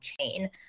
chain